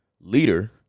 leader